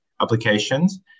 applications